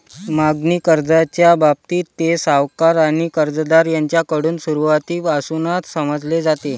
मागणी कर्जाच्या बाबतीत, ते सावकार आणि कर्जदार यांच्याकडून सुरुवातीपासूनच समजले जाते